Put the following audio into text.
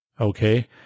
okay